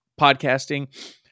podcasting